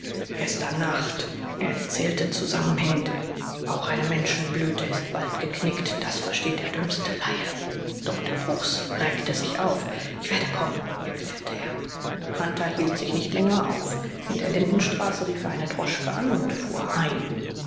gestern nacht er erzählte zusammenhängend auch eine menschenblüte ist bald geknickt das versteht der dümmste laie dr bruchs reckte sich auf ich werde kommen erklärte er hunter hielt sich nicht länger auf in der lindenstraße rief er eine droschke an und fuhr heim